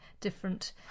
different